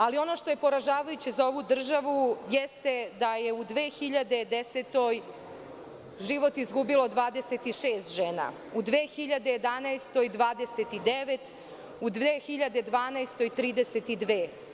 Ali, ono što je poražavajuće za ovu državu jeste da je u 2010. godini život izgubilo 26 žena, u 2011. godini – 29, u 2012. godini – 32.